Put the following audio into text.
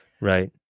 right